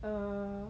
err